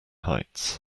heights